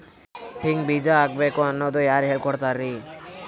ಹಿಂಗ್ ಬೀಜ ಹಾಕ್ಬೇಕು ಅನ್ನೋದು ಯಾರ್ ಹೇಳ್ಕೊಡ್ತಾರಿ?